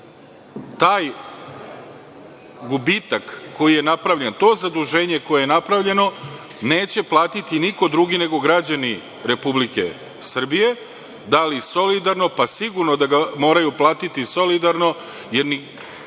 taj gubitak koji je napravljen, to zaduženje koje je napravljeno neće platiti niko drugi nego građani Republike Srbije, da li solidarno, pa sigurno da ga moraju platiti solidarno jer ni